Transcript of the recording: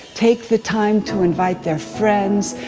take the time to invite their friends.